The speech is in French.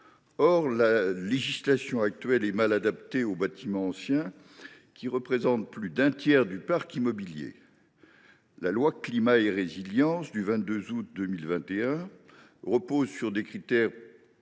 Or la législation actuelle est mal adaptée aux bâtiments anciens, qui représentent plus d’un tiers du parc immobilier. La loi Climat et Résilience du 22 août 2021 repose sur des critères pensés